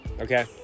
okay